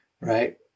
right